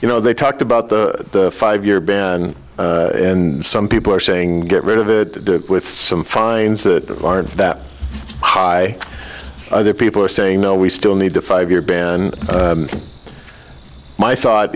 you know they talked about the five year ban and some people are saying get rid of it with some fines that aren't that high there people are saying no we still need to five year ban and my thought